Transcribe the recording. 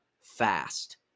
fast